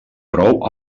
prou